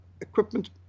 equipment